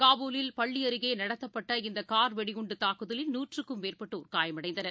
காபூலில் பள்ளிஅருகேநடத்தப்பட்ட இந்தகார் குண்டுதாக்குதலில் நூற்றுக்கும் மேற்பட்டோர் காயம் அடைந்தனர்